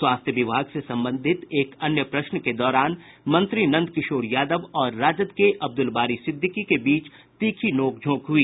स्वास्थ्य विभाग से संबंधित एक अन्य प्रश्न के दौरान मंत्री नंद किशोर यादव और राजद के अब्दुलबारी सिद्दिकी के बीच तीखी नोंकझोंक हुई